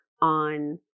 on